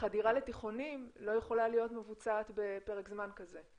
לחדירה לתיכונים לא יכולה להיות מבוצעת בפרק זמן כזה.